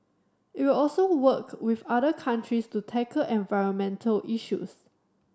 it will also work with other countries to tackle environmental issues